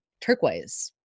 turquoise